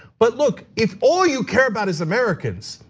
but look, if all you care about is americans,